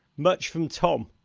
much from tom.